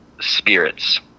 spirits